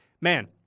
man